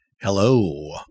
Hello